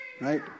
right